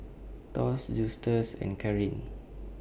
Thos Justus and Caryn